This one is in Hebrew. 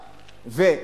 הכנסה, זה,